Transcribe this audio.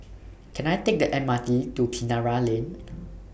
Can I Take The M R T to Kinara Lane